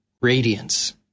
radiance